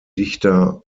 dichters